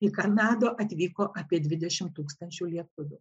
į kanadą atvyko apie dvidešimt tūkstančių lietuvių